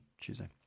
Tuesday